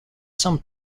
some